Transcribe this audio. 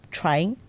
trying